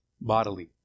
bodily